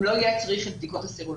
גם לא יהיה צריך את הבדיקות הסרולוגיות.